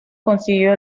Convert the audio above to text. consiguió